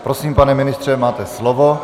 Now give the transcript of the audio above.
Prosím, pane ministře, máte slovo.